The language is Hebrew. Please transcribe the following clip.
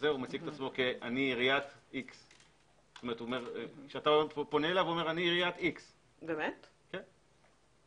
מציג עצמו אני עיריית X. מותר להם